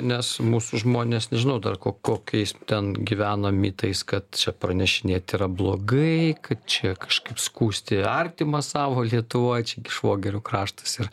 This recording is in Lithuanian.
nes mūsų žmonės nežinau dar ko kokiais ten gyvena mitais kad čia pranešinėt yra blogai kad čia kažkaip skųsti artimą savo lietuvoj čia gi švogerių kraštas ir